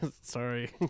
sorry